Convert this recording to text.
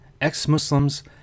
Ex-Muslims